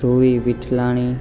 Dhruvi Vithlani